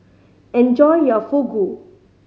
enjoy your Fugu